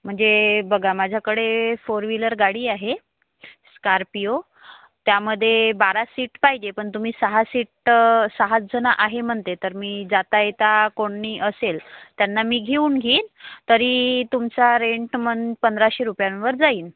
म्हणजे बघा माझ्याकडे फोर व्हीलर गाडी आहे स्कार्पियो त्यामध्ये बारा सीट पाहिजे पण तुम्ही सहा सीट सहाच जणं आहे म्हणते तर मी जाता येता कोणी असेल त्यांना मी घेऊन घेईन तरी तुमचा रेंट मग पंधराशे रुपयांवर जाईन